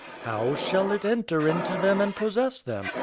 how shall it enter into them and possess them?